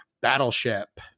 Battleship